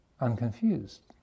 unconfused